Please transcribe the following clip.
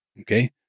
Okay